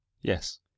Yes